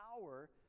power